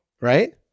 Right